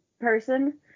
person